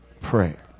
prayer